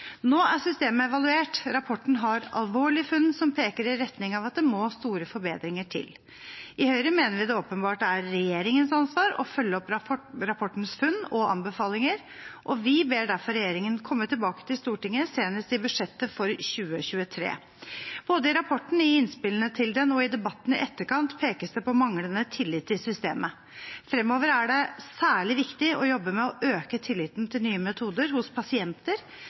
Nå er systemet evaluert. Rapporten har alvorlige funn, som peker i retning av at det må store forbedringer til. I Høyre mener vi det åpenbart er regjeringens ansvar å følge opp rapportens funn og anbefalinger, og vi ber derfor regjeringen komme tilbake til Stortinget senest i budsjettet for 2023. Både i rapporten, i innspillene til den og i debatten i etterkant pekes det på manglende tillit til systemet. Fremover er det særlig viktig å jobbe med å øke tilliten til systemet for Nye metoder hos pasienter,